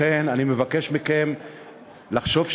לכן אני מבקש מכם לחשוב שנית,